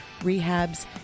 rehabs